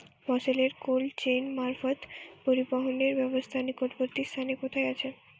ফসলের cold chain মারফত পরিবহনের ব্যাবস্থা নিকটবর্তী স্থানে কোথায় আছে?